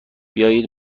بیایید